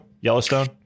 Yellowstone